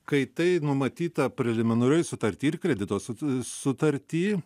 kai tai numatyta preliminarioj sutarty ir kredito sut sutarty